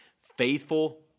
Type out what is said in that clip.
faithful